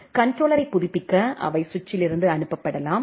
கண்ட்ரோலர்யை புதுப்பிக்க அவை சுவிட்சிலிருந்து அனுப்பப்படலாம்